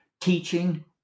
teaching